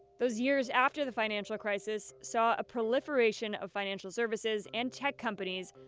those years after the financial crisis saw a proliferation of financial services and tech companies,